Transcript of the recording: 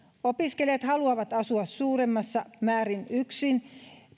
opiskelijat haluavat asua suuremmassa määrin yksin